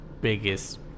biggest